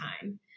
time